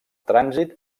trànsit